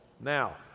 Now